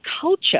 culture